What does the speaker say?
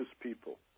people